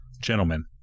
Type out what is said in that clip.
gentlemen